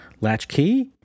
latchkey